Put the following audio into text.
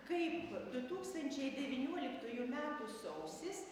kaip du tūkstančiai devynioliktųjų metų sausis